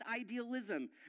idealism